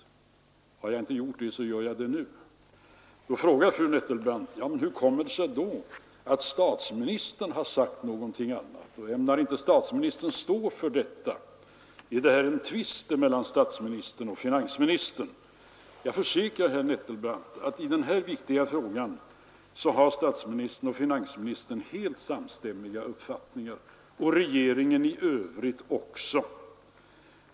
Har jag inte redan gjort det så gör jag det nu. Då frågar fru Nettelbrandt: Hur kommer det sig då att statsministern har sagt något annat? Ämnar inte statsministern stå för detta? Är det här en tvist mellan statsministern och finansministern? Jag försäkrar fru Nettelbrandt att i denna viktiga fråga har statsministern och finansministern helt samstämmiga uppfattningar och regeringen i övrigt också.